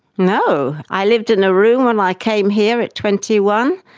no. i lived in a room when i came here at twenty one,